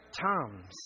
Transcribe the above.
times